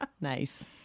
Nice